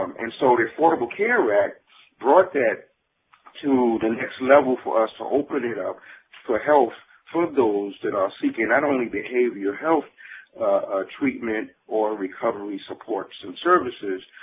um and so the affordable care act brought that to the next level for ah so open it up for health for those that are seeking not only behavioral health treatment or recovery supports and services,